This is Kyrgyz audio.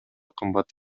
кымбат